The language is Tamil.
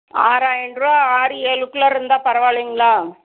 ஆறாயின்றுரூவா ஆறு ஏழுகுள்ளாற இருந்தால் பரவாயில்லீங்களா